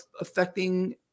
affecting